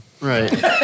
right